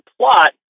plot